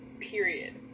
period